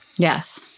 Yes